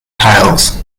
tiles